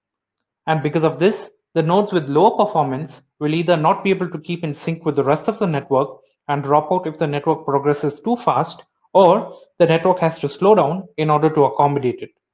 and because of this, the nodes with lower performance will either not be able to keep in sync with the rest of the network and drop out if the network progress is too fast or the network has to slow down in order to accommodate it.